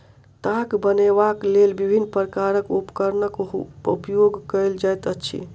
ताग बनयबाक लेल विभिन्न प्रकारक उपकरणक उपयोग कयल जाइत अछि